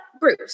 Bruce